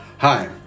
Hi